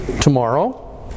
tomorrow